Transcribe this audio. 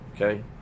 Okay